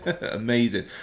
Amazing